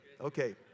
Okay